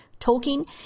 Tolkien